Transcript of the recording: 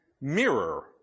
mirror